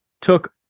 took